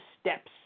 steps